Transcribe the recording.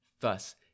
Thus